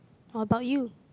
what about you